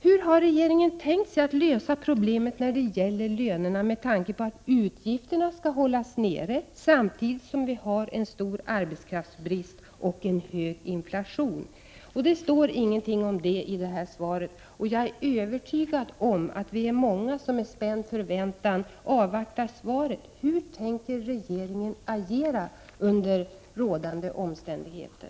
Hur har regeringen tänkt sig att lösa problemet när det gäller lönerna med tanke på att utgifterna skall hållas nere, samtidigt som vi har en stor arbetskraftsbrist och en hög inflation? Det står ingenting om det i svaret. Jag är övertygad om att vi är många som med spänd förväntan avvaktar besked. Hur tänker regeringen agera under rådande omständigheter?